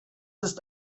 ist